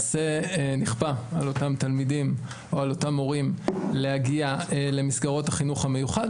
נכפה על אותם תלמידים או על אותם מורים להגיע למסגרות החינוך המיוחד,